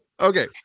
Okay